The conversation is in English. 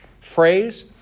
phrase